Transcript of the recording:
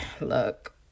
look